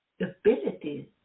abilities